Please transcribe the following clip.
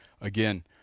Again